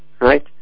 right